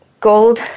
gold